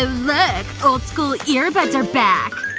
ah look. old school earbuds are back